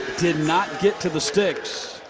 did not get to the sticks.